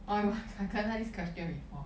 oh my god I kena this question before